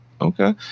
okay